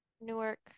Newark